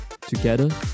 Together